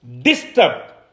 disturbed